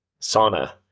sauna